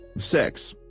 six.